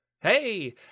Hey